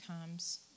comes